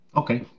okay